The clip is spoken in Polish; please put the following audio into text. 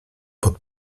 pod